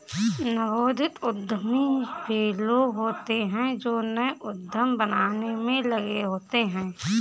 नवोदित उद्यमी वे लोग होते हैं जो नए उद्यम बनाने में लगे होते हैं